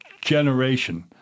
generation